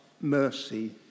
mercy